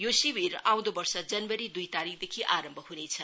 यो शिविर आउँदो वर्ष जनवरी दुई तारिखदेखि आरम्भ हुनेछ